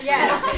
Yes